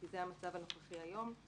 כי זה המצב הנוכחי היום,